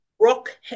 rock